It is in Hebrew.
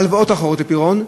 הלוואות אחרות לפירעון,